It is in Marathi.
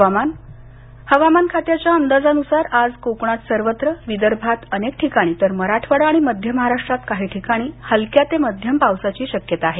हवामान हवामान खात्याच्या अंदाजानुसार आज कोकणात सर्वत्र विदर्भात अनेक ठिकाणी तर मराठवाडा आणि मध्य महाराष्ट्रात काही ठिकाणी हलक्या ते मध्यम पावसाची शक्यता आहे